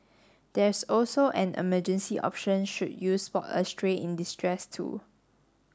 there's also an emergency option should you spot a stray in distress too